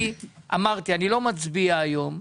אמרתי שאני לא מצביע היום.